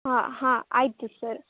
ಹಾಂ ಹಾಂ ಆಯಿತು ಸರ್